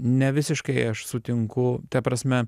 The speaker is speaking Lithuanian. ne visiškai aš sutinku ta prasme